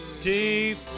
deep